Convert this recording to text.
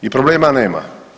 I problema nema.